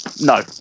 No